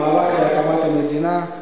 המאבק על הקמת המדינה,